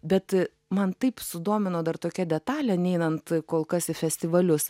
bet man taip sudomino dar tokia detalė neinant kol kas į festivalius